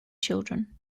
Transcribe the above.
children